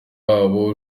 wabo